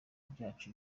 byacu